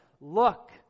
look